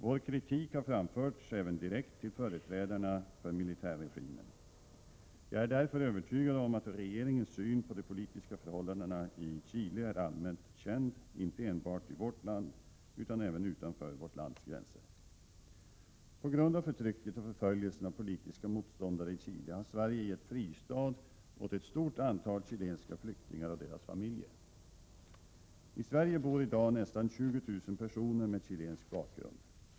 Vår kritik har framförts även direkt till företrädarna för militärregimen. Jag är därför övertygad om att regeringens syn på de politiska förhållandena i Chile är allmänt känd inte enbart i vårt land utan även utanför vårt lands gränser. På grund av förtrycket och förföljelsen av politiska motståndare i Chile har Sverige gett fristad åt ett stort antal chilenska flyktingar och deras familjer. I Sverige bor i dag nästan 20 000 personer med chilensk bakgrund.